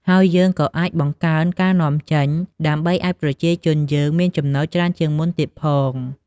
ហើយយើងក៏អាចបង្កើនការនាំចេញ ដើម្បីឲ្យប្រជាជនយើងមានចំណូលច្រើនជាងមុនទៀតផង។